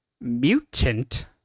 mutant